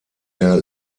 der